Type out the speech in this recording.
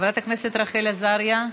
חברת הכנסת רחל עזריה,